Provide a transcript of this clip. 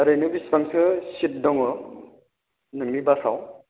ओरैनो बेसेबांसो सिट दङ नोंनि बासाव